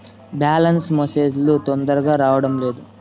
Balance message లు తొందరగా రావడం లేదు?